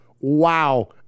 wow